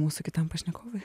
mūsų kitam pašnekovui